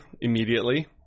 immediately